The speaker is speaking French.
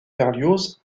berlioz